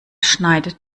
schneidet